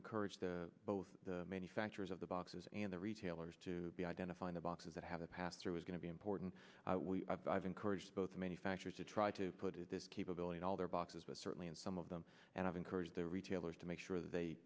encourage the both manufacturers of the boxes and the retailers to be identifying the boxes that have the pastor was going to be important we have encouraged both manufacturers to try to put this capability all their boxes but certainly in some of them and i've encouraged the retailers to make sure that they